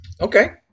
Okay